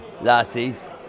lassies